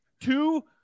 two